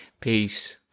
Peace